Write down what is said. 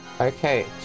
Okay